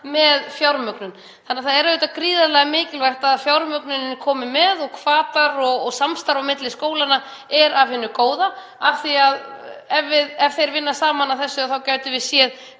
með fjármögnun. Það er auðvitað gríðarlega mikilvægt að fjármögnunin komi með. Hvatar og samstarf á milli skólanna er af hinu góða af því að ef þeir vinna saman að þessu þá gætum við séð